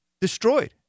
destroyed